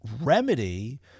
remedy